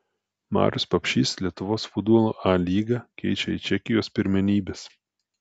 marius papšys lietuvos futbolo a lygą keičia į čekijos pirmenybes